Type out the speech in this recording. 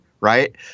right